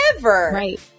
right